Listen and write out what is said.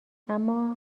اما